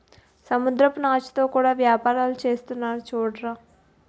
సముద్రపు నాచుతో కూడా యేపారాలు సేసేస్తున్నారు సూడరా